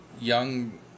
young